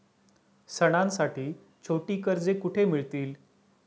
सणांसाठी छोटी कर्जे कुठे मिळतील?